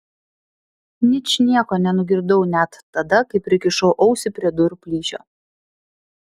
ničnieko nenugirdau net tada kai prikišau ausį prie durų plyšio